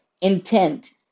intent